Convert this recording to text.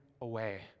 away